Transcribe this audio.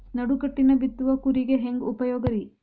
ನಡುಕಟ್ಟಿನ ಬಿತ್ತುವ ಕೂರಿಗೆ ಹೆಂಗ್ ಉಪಯೋಗ ರಿ?